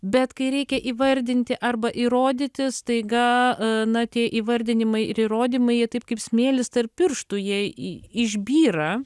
bet kai reikia įvardinti arba įrodyti staiga na tie įvardinimai ir įrodymai jie taip kaip smėlis tarp pirštų jie į išbyra